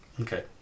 Okay